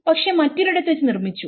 പക്ഷെ മറ്റൊരിടത്തു നിർമ്മിച്ചു